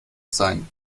sein